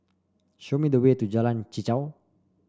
show me the way to Jalan Chichau